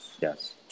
Yes